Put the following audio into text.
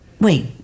Wait